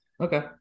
Okay